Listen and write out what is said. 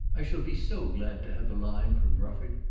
i shall be so glad to have a line from rufford.